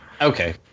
Okay